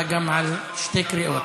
אתה גם על שתי קריאות.